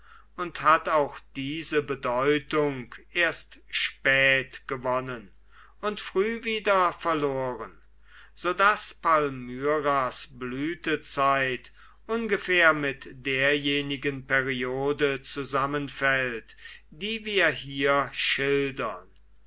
und hat auch diese bedeutung erst spät gewonnen und früh wieder verloren so daß palmyras blütezeit ungefähr mit derjenigen periode zusammenfällt die wir hier schildern